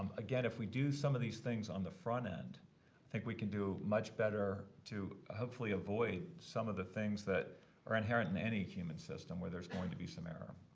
um again, if we do some of these things on the front end, i think we can do much better to hopefully avoid some of the things that are inherent in any human system where there's going to be some error.